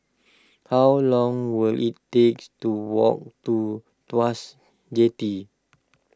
how long will it takes to walk to Tuas Jetty